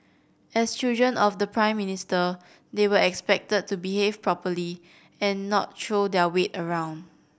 as children of the Prime Minister they were expected to behave properly and not throw their weight around